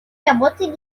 работать